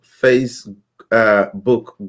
Facebook